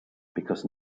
because